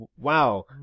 wow